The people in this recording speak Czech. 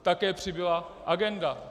Také přibyla agenda.